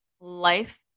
life